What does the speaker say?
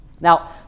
Now